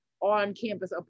on-campus